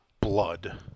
blood